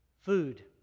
food